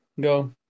Go